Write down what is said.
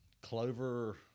Clover